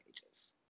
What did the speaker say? pages